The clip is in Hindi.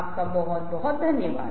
आपका बहुत धन्यवाद